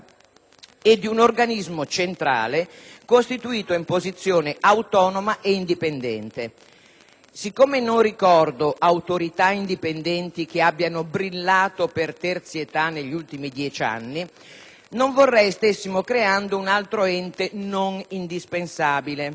e di un organismo centrale, costituito in posizione autonoma e indipendente. Siccome non ricordo autorità indipendenti che abbiano brillato per terzietà negli ultimi dieci anni, non vorrei stessimo creando un altro ente non indispensabile.